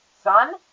son